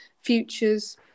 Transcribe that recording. futures